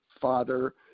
father